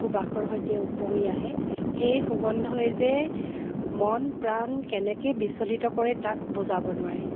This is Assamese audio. সুবাসৰ হৈতে ওপঙি আহে সেই সুগন্ধই যে মন প্ৰাণ কেনেকৈ বিচলিত কৰে তাক বুজাব নোৱাৰি